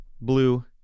blue